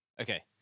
Okay